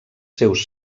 seus